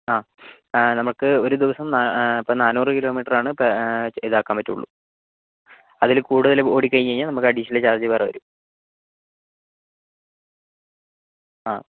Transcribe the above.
ആ നമുക്ക് ഒരു ദിവസം നാനൂറ് കിലോമീറ്റർ ആണ് ഇതാക്കാൻ പറ്റുള്ളൂ അതിൽ കൂടുതൽ ഓടികഴിഞ്ഞ് കഴിഞ്ഞാൽ നമുക്ക് അഡീഷണൽ ചാർജ്ജ് വേറെ വരും ആ